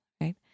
right